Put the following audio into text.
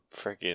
freaking